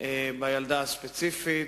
בילדה הספציפית,